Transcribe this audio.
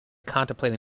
contemplating